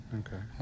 okay